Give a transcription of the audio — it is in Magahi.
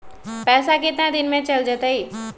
पैसा कितना दिन में चल जतई?